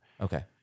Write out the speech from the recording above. Okay